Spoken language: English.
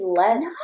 less